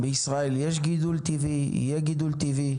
בישראל יש גידול טבעי, יהיה גידול טבעי,